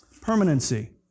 Permanency